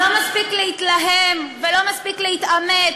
לא מספיק להתלהם, ולא מספיק להתעמת,